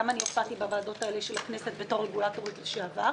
גם אני הופעתי בוועדות האלה של הכנסת בתור רגולטורית לשעבר,